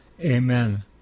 Amen